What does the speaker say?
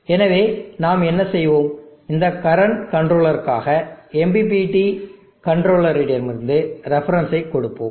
எனவே நாம் என்ன செய்வோம் இந்த கரண்ட் கண்ட்ரோலருக்காக MPPT கண்ட்ரோலரடமிருந்து ரெஃபரன்ஸ் ஐ கொடுப்போம்